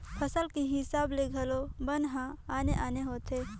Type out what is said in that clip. फसल के हिसाब ले घलो बन हर आने आने होथे